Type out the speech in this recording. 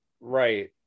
right